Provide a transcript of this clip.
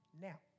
Now